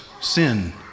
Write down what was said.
sin